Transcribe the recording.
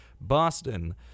Boston